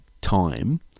time